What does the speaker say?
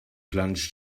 plunge